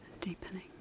deepening